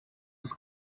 ist